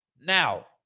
Now